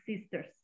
Sisters